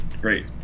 Great